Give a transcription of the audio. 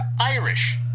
Irish